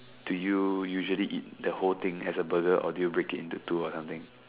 do you usually eat the whole thing as a Burger or do you break it into two or something